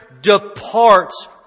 departs